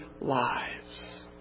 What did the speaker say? lives